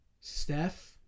steph